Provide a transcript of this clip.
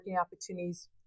opportunities